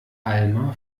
alma